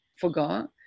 forgot